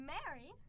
Mary